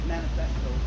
Manifesto